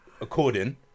according